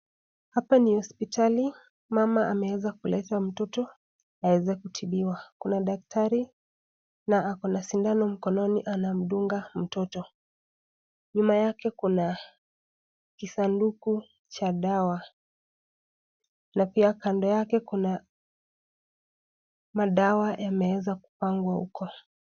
Hapa ni hospitali mama ameweza kuleta mtoto aeze kutibiwa , kuna daktari na ako na sindano mkononi anamdunga mtoto , nyuma yake kuna kisanduku cha dawa na pia kando yake kuna madawa yameweza kupangwa huko.